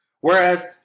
Whereas